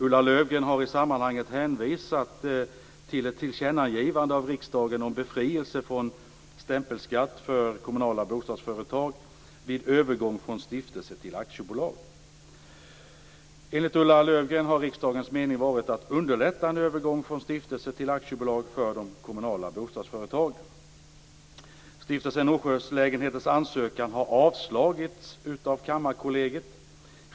Ulla Löfgren har i sammanhanget hänvisat till ett tillkännagivande av riksdagen om befrielse från stämpelskatt för kommunala bostadsföretag vid övergång från stiftelse till aktiebolag . Enligt Ulla Löfgren har riksdagens mening varit att underlätta en övergång från stiftelse till aktiebolag för de kommunala bostadsföretagen. Stiftelsen Norsjölägenheters ansökan har avslagits av Kammarkollegiet.